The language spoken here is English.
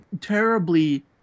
terribly